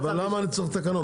למה אני צריך תקנות?